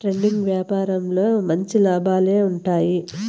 trading యాపారంలో మంచి లాభాలే ఉంటాయి